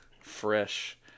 fresh